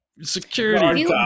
security